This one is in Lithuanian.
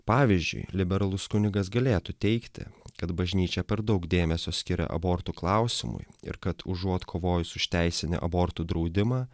pavyzdžiui liberalus kunigas galėtų teigti kad bažnyčia per daug dėmesio skiria abortų klausimui ir kad užuot kovojus už teisinį abortų draudimą